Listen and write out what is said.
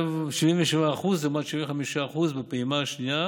77% לעומת 75%, ובפעימה השנייה